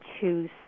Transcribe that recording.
choose